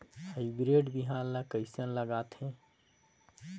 Hybrid बिहान ला कइसन लगाथे?